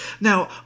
now